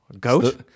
Goat